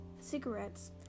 cigarettes